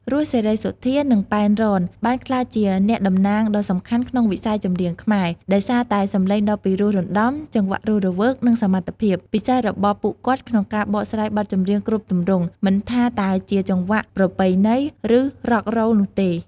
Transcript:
រស់ សេរីសុទ្ធា និង ប៉ែន រ៉ន បានក្លាយជាអ្នកតំណាងដ៏សំខាន់ក្នុងវិស័យចម្រៀងខ្មែរ ដោយសារតែសំឡេងដ៏ពីរោះរណ្ដំ ចង្វាក់រស់រវើក និងសមត្ថភាព ពិសេសរបស់ពួកគាត់ក្នុងការបកស្រាយបទចម្រៀងគ្រប់ទម្រង់ មិនថាតែជាចង្វាក់ប្រពៃណី ឬ Rock Roll នោះទេ។